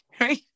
Right